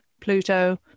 Pluto